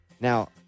Now